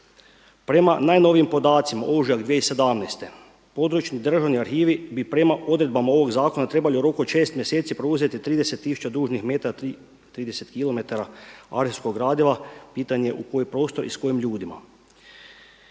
Prema najnovijim podacima ožujak 2017. područni državni arhivi bi prema odredbama ovog zakona trebali u roku od šest mjeseci preuzeti 30 tisuća dužnih metara 30km arhivskog gradiva, pitanje je u koji prostor i s kojim ljudima?